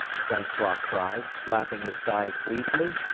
francois cried, slapping his thighs gleefully.